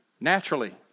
naturally